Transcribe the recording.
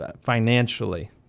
financially